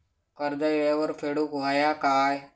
कर्ज येळेवर फेडूक होया काय?